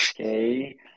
Okay